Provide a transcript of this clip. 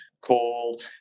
call